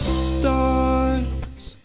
stars